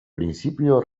principio